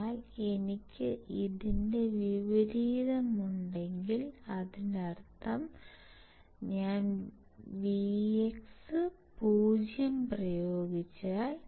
എന്നാൽ എനിക്ക് ഇതിന്റെ വിപരീതമുണ്ടെങ്കിൽ അതിനർത്ഥം ഞാൻ Vx 0 പ്രയോഗിച്ചാൽ